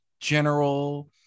general